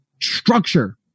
Structure